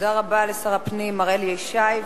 תודה רבה לשר הפנים מר אלי ישי.